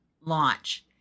launch